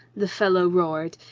the fellow roared,